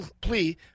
plea